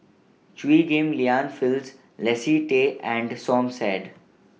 Chew Ghim Lian Phyllis Leslie Tay and Som Said